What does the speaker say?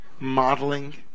modeling